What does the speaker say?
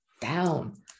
down